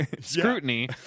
scrutiny